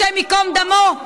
השם ייקום דמו?